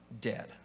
dead